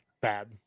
bad